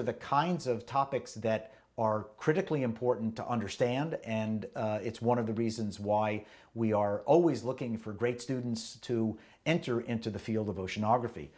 are the kinds of topics that are critically important to understand and it's one of the reasons why we are always looking for great students to enter into the field of oceanography